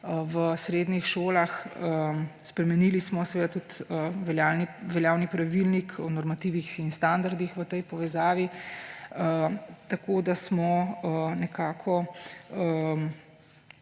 v srednjih šolah. Spremenili smo tudi veljavni Pravilnik o normativnih in standardih v tej povezavi, tako da smo nekako